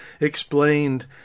explained